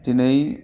दिनै